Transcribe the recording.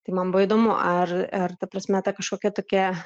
tai man buvo įdomu ar ar ta prasme ta kažkokia tokia